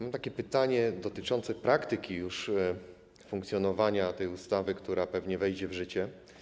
Mam pytanie dotyczące praktyki funkcjonowania tej ustawy, która pewnie wejdzie w życie.